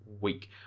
week